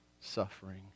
suffering